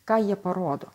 ką jie parodo